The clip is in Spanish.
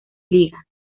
ligas